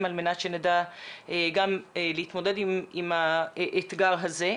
על מנת שנדע גם להתמודד עם האתגר הזה.